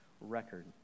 record